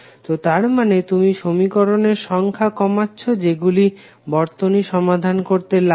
তো তারমানে তুমি সমীকরণের সংখ্যা কমাচ্ছো যেগুলি বর্তনী সমাধান করতে লাগে